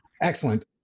Excellent